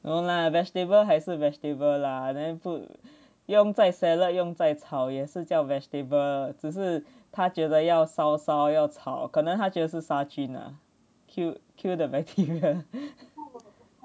no lah vegetable 还是 vegetable lah then food 用在 salad 用在炒也是叫 vegetable 只是她觉得要烧烧要抄可能她觉得是杀菌啊 kill kill the bacteria